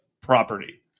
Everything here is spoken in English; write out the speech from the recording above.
property